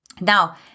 Now